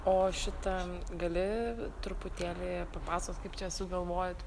o šitam gali truputėlį papasakot kaip čia sugalvojot